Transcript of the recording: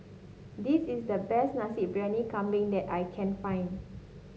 this is the best Nasi Briyani Kambing that I can find